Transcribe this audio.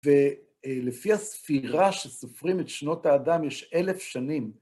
ולפי הספירה שסופרים את שנות האדם, יש אלף שנים.